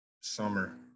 summer